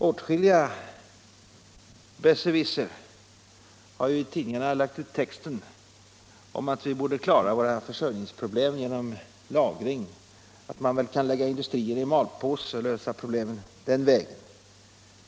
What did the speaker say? Åtskilliga besserwisser har i tidningarna lagt ut texten om att vi borde klara våra försörjningsproblem genom lagring, genom att lägga våra industrier i malpåse och lösa problemen den vägen.